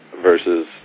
versus